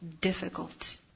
difficult